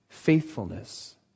faithfulness